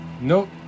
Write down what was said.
nope